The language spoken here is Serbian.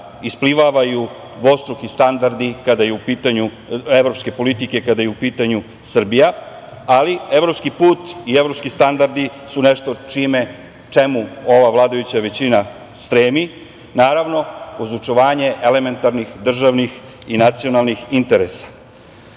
isplivavaju dvostruki standardi evropske politike, kada je u pitanju Srbija. Evropski put i evropski standardi su nešto čemu ova vladajuća većina stremi, naravno, uz očuvanje elementarnih državnih i nacionalnih interesa,